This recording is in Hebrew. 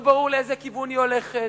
לא ברור לאיזה כיוון היא הולכת,